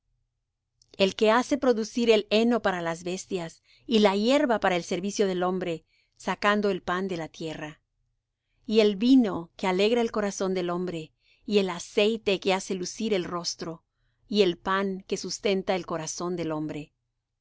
el que hace producir el heno para las bestias y la hierba para el servicio del hombre sacando el pan de la tierra y el vino que alegra el corazón del hombre y el aceite que hace lucir el rostro y el pan que sustenta el corazón del hombre